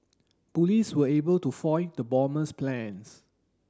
police were able to foil the bomber's plans